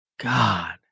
God